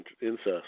incest